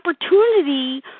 opportunity